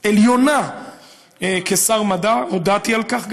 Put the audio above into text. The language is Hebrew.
עליונה כשר מדע, גם הודעתי על כך.